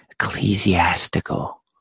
ecclesiastical